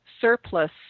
surplus